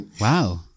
Wow